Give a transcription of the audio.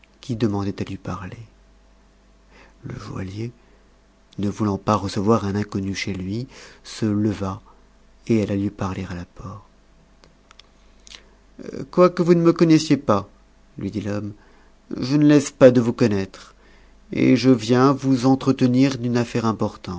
qui demandait à lui parier le joaillier ne voulant pas recevoir un inconnu chez lui se leva et alla lui parler à la porte quoique vous ne me connaissiez pas lui dit l'homme je ne laisse pas de vous connaître et je viens vous entretenir d'une affaire importante